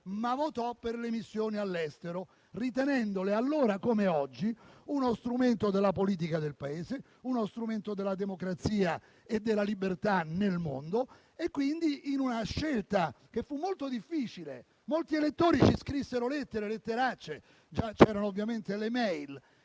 ma votò per le missioni all'estero, ritenendole - allora come oggi - uno strumento della politica del Paese, della democrazia e della libertà nel mondo. Fu una scelta molto difficile. Molti elettori ci scrissero lettere e letteracce (già c'erano le *e-mail*)